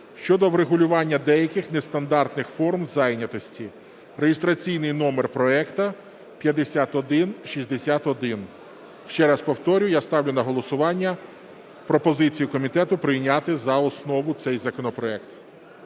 щодо врегулювання деяких нестандартних форм зайнятості (реєстраційний номер проекту 5161). Ще раз повторюю, я ставлю на голосування пропозицію комітету прийняти за основу цей законопроект.